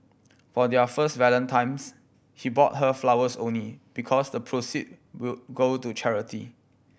for their first Valentine's he bought her flowers only because the proceed will go to charity